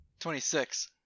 26